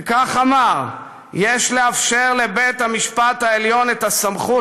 והחיל ריבונות על רמת-הגולן בשלוש קריאות ביום אחד.